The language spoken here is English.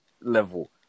level